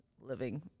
living